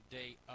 day